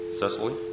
Cecily